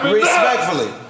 respectfully